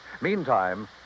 Meantime